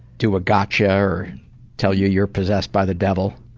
do a gotcha or tell you you're possessed by the devil.